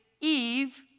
Eve